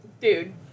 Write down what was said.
Dude